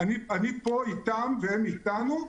אני פה איתם והם איתנו.